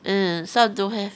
uh some don't have